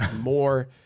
more